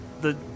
the-